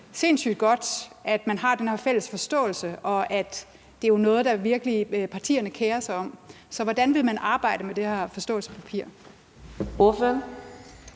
sindssyg godt, at man har den her fælles forståelse, og at det virkelig er noget, partierne kerer sig om. Så hvordan vil man arbejde med det her forståelsespapir?